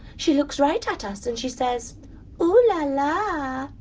she looks right at us and she says ooo-la-la.